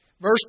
Verse